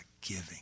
giving